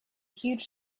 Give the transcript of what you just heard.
huge